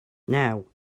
now